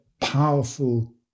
powerful